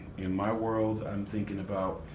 in my world, i'm thinking about,